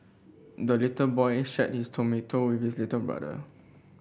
the little boy shared his tomato with his little brother